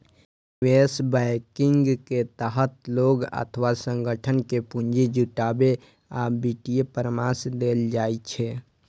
निवेश बैंकिंग के तहत लोग अथवा संगठन कें पूंजी जुटाबै आ वित्तीय परामर्श देल जाइ छै